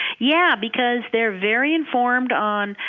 yeah because they're very informed on.